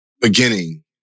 Beginning